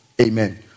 Amen